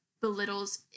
belittles